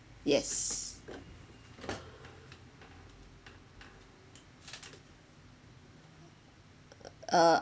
yes uh